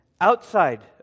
outside